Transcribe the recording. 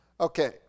Okay